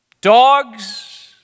dogs